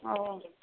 ओ